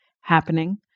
happening